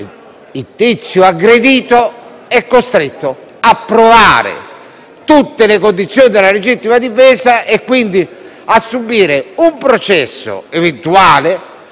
il tizio aggredito è costretto a provare tutte le condizioni della legittima difesa e quindi a subire un processo eventuale